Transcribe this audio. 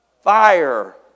fire